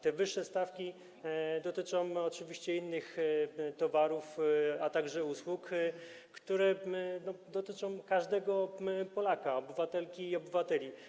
Te wyższe stawki dotyczą oczywiście innych towarów, a także usług, które dotyczą każdego Polaka: obywatelki i obywatela.